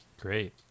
Great